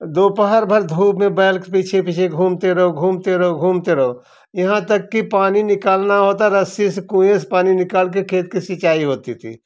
दोपहर भर धूप में बैल के पीछे पीछे घूमते रहो घूमते रहो घूमते रहो यहाँ तक कि पानी निकालना होता रस्सी से कुएँ से पानी निकाल के खेत के सिंचाई होती थी